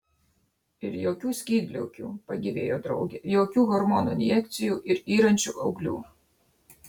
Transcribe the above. ir jokių skydliaukių pagyvėjo draugė jokių hormonų injekcijų ir yrančių auglių